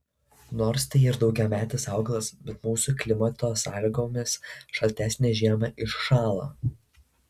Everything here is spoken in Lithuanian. nors tai ir daugiametis augalas bet mūsų klimato sąlygomis šaltesnę žiemą iššąla